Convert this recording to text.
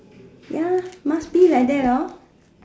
ya must be like that hor